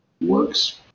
works